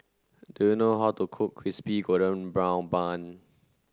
do you know how to cook crispy golden brown bun